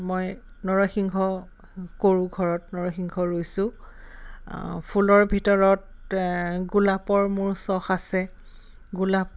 মই নৰসিংহ কৰোঁ ঘৰত নৰসিংহ ৰুইছোঁ ফুলৰ ভিতৰত গোলাপৰ মোৰ চখ আছে গোলাপ